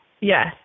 Yes